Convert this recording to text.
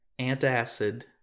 Antacid